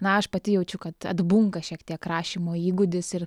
na aš pati jaučiu kad atbunka šiek tiek rašymo įgūdis ir